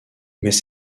mais